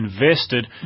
invested